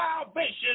salvation